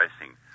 Racing